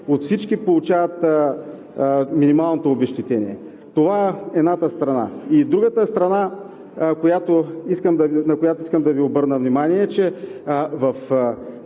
обезщетение, получават минималното обезщетение. Това е едната страна. Другата страна, на която искам да Ви обърна внимание, е, че в